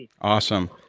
Awesome